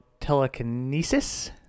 telekinesis